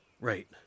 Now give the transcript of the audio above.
Right